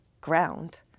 ground